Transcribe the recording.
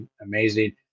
amazing